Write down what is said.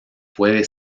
puede